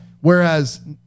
whereas